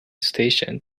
station